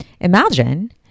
imagine